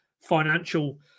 financial